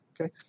Okay